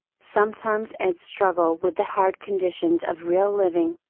sometimes and struggle with the hard conditions of real living.